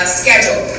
schedule